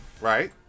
Right